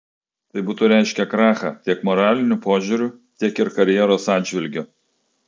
tai būtų reiškę krachą tiek moraliniu požiūriu tiek ir karjeros atžvilgiu